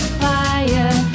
fire